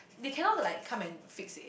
they cannot like come and fix it